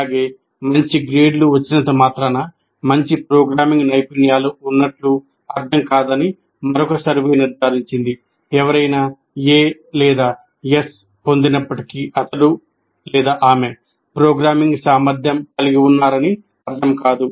అలాగే మంచి గ్రేడ్లు వచ్చినంత మాత్రాన మంచి ప్రోగ్రామింగ్ నైపుణ్యాలు ఉన్నట్టు అర్థం కాదని మరొక సర్వే నిర్ధారించింది ఎవరైనా 'ఎ' లేదా 'ఎస్' పొందినప్పటికీ అతను ఆమె ప్రోగ్రామింగ్ సామర్థ్యం కలిగి ఉన్నారని అర్థము కాదు